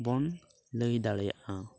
ᱵᱚᱱ ᱞᱟᱹᱭ ᱫᱟᱲᱮᱭᱟᱜᱼᱟ